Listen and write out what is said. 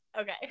okay